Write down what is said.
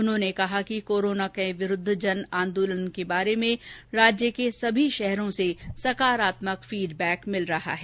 उन्होंने कहा कि कोरोना के विरूद्व जन आंदोलन के बारे में राज्य के सभी शहरों से सकारात्मक फीडबैक मिल रहा है